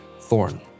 Thorn